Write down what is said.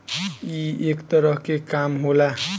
ई एक तरह के काम होला